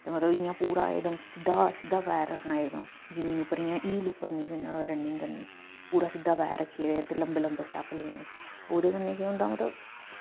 तां मतलब पूरा पूरा सिद्धा पैर रक्खना एहदा ते हील पर रनिंग निं करनी ते पूरा सिद्धा स्टैप लैने ओह्दे कन्नै केह् होंदा मतलब